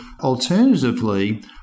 Alternatively